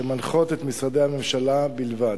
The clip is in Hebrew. שמנחות את משרדי הממשלה בלבד.